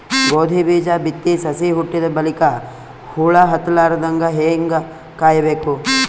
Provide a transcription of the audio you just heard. ಗೋಧಿ ಬೀಜ ಬಿತ್ತಿ ಸಸಿ ಹುಟ್ಟಿದ ಬಲಿಕ ಹುಳ ಹತ್ತಲಾರದಂಗ ಹೇಂಗ ಕಾಯಬೇಕು?